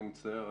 אני מצטער.